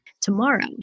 Tomorrow